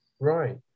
Right